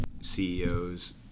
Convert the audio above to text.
CEOs